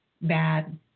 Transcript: bad